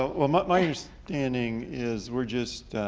well, my understanding is we're just